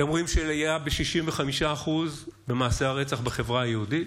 אתם רואים את העלייה ב-65% במעשי הרצח בחברה היהודית?